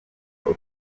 utwo